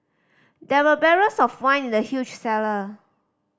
there were barrels of wine in the huge cellar